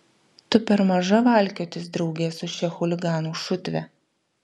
tu per maža valkiotis drauge su šia chuliganų šutve